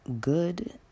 good